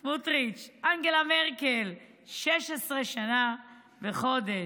סמוטריץ', אנגלה מרקל, 16 שנה וחודש,